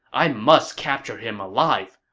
i must capture him alive,